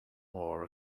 more